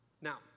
Now